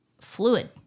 fluid